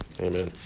Amen